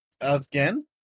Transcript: Again